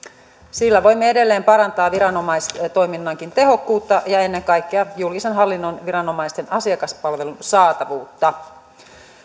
sillä voimme edelleen parantaa viranomaistoiminnankin tehokkuutta ja ennen kaikkea julkisen hallinnon viranomaisten asiakaspalvelun saatavuutta